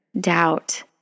doubt